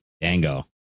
Dango